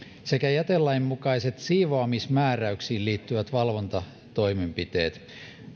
sekä jätelain mukaiset siivoamismääräyksiin liittyvät valvontatoimenpiteet